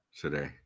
today